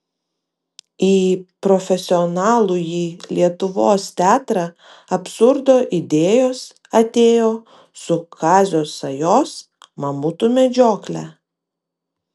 į profesionalųjį lietuvos teatrą absurdo idėjos atėjo su kazio sajos mamutų medžiokle